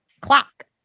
clock